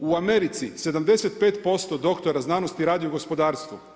U Americi 75% doktora znanosti radi u gospodarstvu.